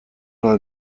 bat